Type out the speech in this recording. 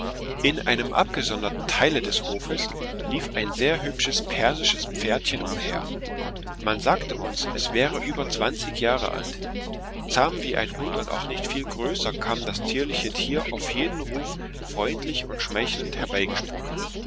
in einem abgesonderten teile des hofes lief ein sehr hübsches persisches pferdchen umher man sagte uns es wäre über zwanzig jahre alt zahm wie ein hund und auch nicht viel größer kam das zierliche tier auf jeden ruf freundlich und schmeichelnd